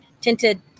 tinted